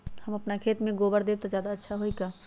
हम अपना खेत में गोबर देब त ज्यादा अच्छा होई का?